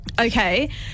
Okay